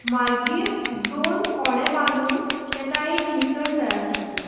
मागीर दोन कोंडे बांदून तेका एक निसण तयार करतात